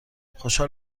خوشحال